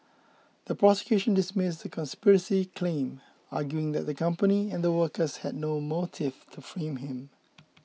the prosecution dismissed the conspiracy claim arguing that the company and workers had no motive to frame him